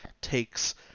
takes